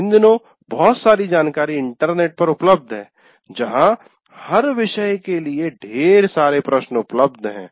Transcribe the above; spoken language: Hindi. इन दिनों बहुत सारी जानकारी इंटरनेट पर उपलब्ध है जहां हर विषय के लिए ढेर सारे प्रश्न उपलब्ध हैं